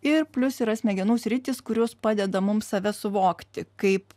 ir plius yra smegenų sritys kurios padeda mums save suvokti kaip